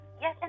yes